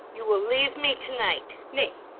you will leave me to-night nay,